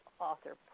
author